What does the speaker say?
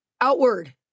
outward